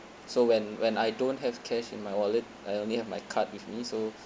so when when I don't have cash in my wallet I only have my card with me so